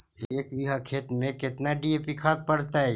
एक बिघा खेत में केतना डी.ए.पी खाद पड़तै?